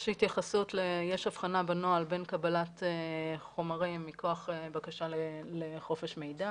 יש הבחנה בנוהל בין קבלת חומרים מכוח בקשה לחופש מידע